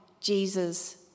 Jesus